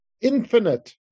infinite